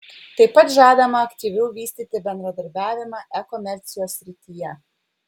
tai pat žadama aktyviau vystyti bendradarbiavimą e komercijos srityje